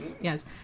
Yes